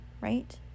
Right